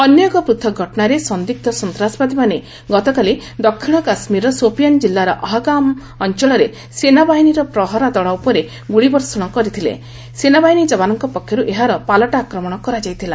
ଅନ୍ୟ ଏକ ପୃଥକ୍ ଘଟଣାରେ ସନ୍ଦିଗ୍ନ ସନ୍ତାସବାଦୀମାନେ ଗତକାଲି ଦକ୍ଷିଣ କାଶ୍ମୀରର ସୋପିଆନ୍ କିଲ୍ଲାର ଅହଗାମ୍ ଅଞ୍ଚଳରେ ସେନାବାହିନୀର ପ୍ରହରା ଦଳ ଉପରେ ଗୁଳି ବର୍ଷଣ କରିଥିଲେ ସେନାବାହିନୀ ଯବାନଙ୍କ ପକ୍ଷରୁ ଏହାର ପାଲଟା ଆକ୍ରମଣ କରାଯାଇଥିଲା